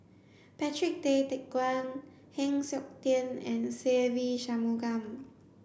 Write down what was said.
Patrick Tay Teck Guan Heng Siok Tian and Se Ve Shanmugam